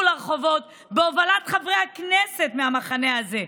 לרחובות בהובלת חברי הכנסת מהמחנה הזה,